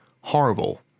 horrible